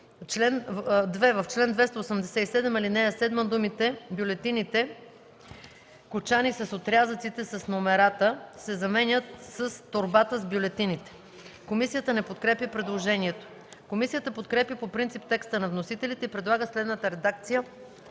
В чл. 287, ал. 7 думите „бюлетините, кочана с отрязъците с номерата“ се заменят с „торбата с бюлетините”. Комисията не подкрепя предложението. Комисията подкрепя по принцип текста на вносителите и предлага следната редакция